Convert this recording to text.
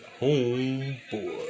Homeboy